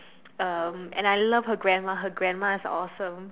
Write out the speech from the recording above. um and I love her grandma her grandma is awesome